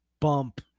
Bump